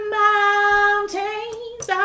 mountains